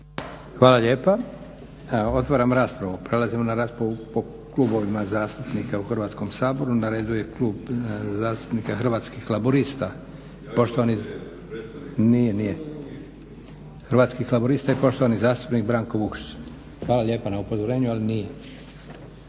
Hvala lijepo. Otvaram raspravu. Prelazimo na raspravu po klubovima zastupnika u Hrvatskom saboru. Na redu je klub zastupnika Hrvatskih laburista, poštovani zastupnik Branko Vukšić. **Vukšić, Branko (Hrvatski